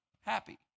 happy